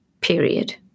period